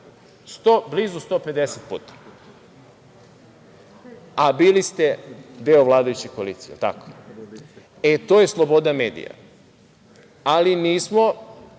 blizu 150 puta, a bili ste deo vladajuće koalicije. E, to je sloboda medija. Ali mi nismo,